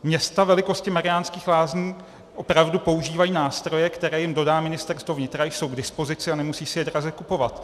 Města velikosti Mariánských Lázní opravdu používají nástroje, které jim dodá Ministerstvo vnitra, jsou k dispozici a nemusí si je draze kupovat.